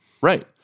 Right